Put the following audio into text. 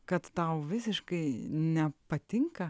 kad tau visiškai nepatinka